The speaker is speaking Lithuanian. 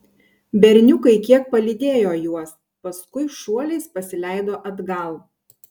berniukai kiek palydėjo juos paskui šuoliais pasileido atgal